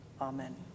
Amen